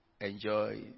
enjoy